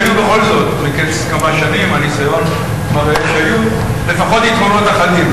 שהיו בכל זאת מקץ כמה שנים לפחות יתרונות אחדים.